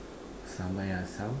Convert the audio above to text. sambal air asam